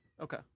Okay